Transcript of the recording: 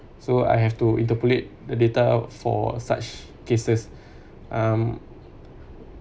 so I have to interpolate the data for such cases um